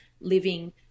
living